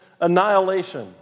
annihilation